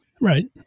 Right